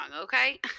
okay